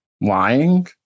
lying